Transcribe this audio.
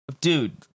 Dude